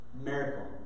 Miracle